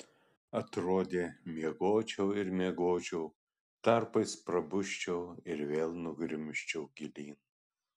atrodė miegočiau ir miegočiau tarpais prabusčiau ir vėl nugrimzčiau gilyn